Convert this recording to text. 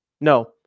No